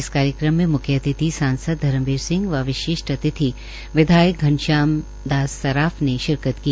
इस कार्यक्रम में म्ख्य अतिथि सांसद धर्मबीर सिंह व विशिष्ट अतिथि विधायक घनश्याम दास सर्राफ ने शिरकत की